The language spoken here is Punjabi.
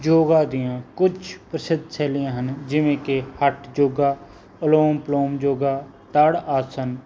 ਯੋਗਾ ਦੀਆਂ ਕੁਛ ਪ੍ਰਸਿੱਧ ਸ਼ੈਲੀਆਂ ਹਨ ਜਿਵੇਂ ਕਿ ਹਠ ਯੋਗਾ ਅਲੋਮ ਪਲੋਮ ਯੋਗਾ ਤੜ ਆਸਨ